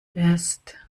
ist